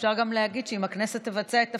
אפשר גם להגיד שאם הכנסת תבצע את תפקידה,